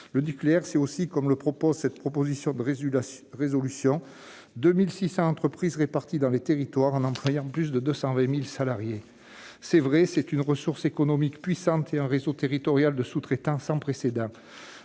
Le nucléaire, ce sont aussi, comme le précise cette proposition de résolution, 2 600 entreprises réparties dans les territoires et employant plus de 220 000 salariés. C'est véritablement une ressource économique puissante et un réseau territorial de sous-traitants sans précédent.